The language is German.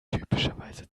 typischerweise